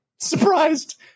surprised